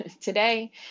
today